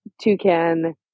Toucan